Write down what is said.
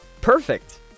perfect